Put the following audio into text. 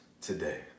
today